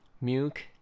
Milk